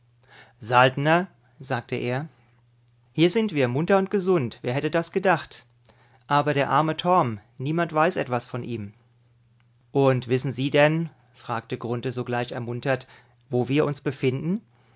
saltner sagte er hier sind wir munter und gesund wer hätte das gedacht aber der arme torm niemand weiß etwas von ihm und wissen sie denn fragte grunthe sogleich ermuntert wo wir uns befinden